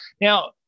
Now